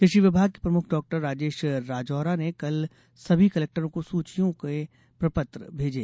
कृषि विभाग के प्रमुख डॉक्टर राजेश राजौरा ने कल सभी कलेक्टरों को सूचियों के प्रपत्र भेजे